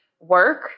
work